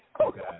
okay